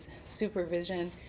supervision